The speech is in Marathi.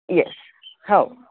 येस हो